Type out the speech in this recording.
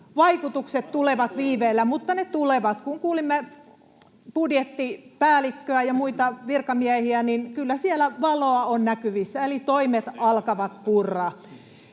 vaikutukset tulevat viiveellä, mutta ne tulevat. Kun kuulimme budjettipäällikköä ja muita virkamiehiä, niin kyllä siellä valoa on näkyvissä, eli toimet alkavat purra.